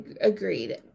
Agreed